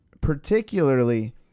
particularly